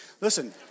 Listen